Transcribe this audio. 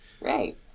Right